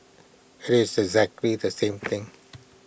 IT is exactly the same thing